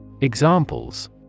Examples